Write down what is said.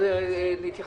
לשרה להגיע